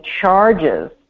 charges